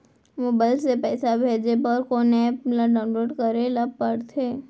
Mobile से पइसा भेजे बर कोन एप ल डाऊनलोड करे ला पड़थे?